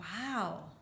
Wow